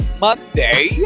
Monday